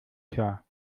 klar